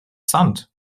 sand